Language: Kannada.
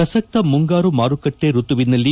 ಪ್ರಸಕ್ತ ಮುಂಗಾರು ಮಾರುಕಟ್ಟೆ ಋತುವಿನಲ್ಲಿ